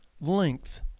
Length